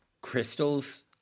Crystal's